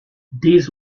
this